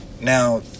now